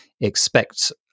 expect